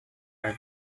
are